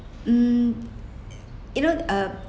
mm you know uh